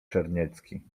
czarniecki